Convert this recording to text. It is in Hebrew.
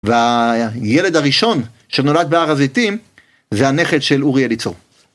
והילד הראשון שנולד בהר הזיתים זה הנכד של אורי אליצור.